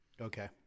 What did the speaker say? Okay